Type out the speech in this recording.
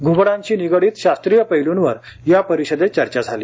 घुबडांशी निगडीत शास्त्रीय पैल्रंवर या परिषदेत चर्चा झाली